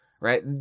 right